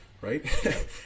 right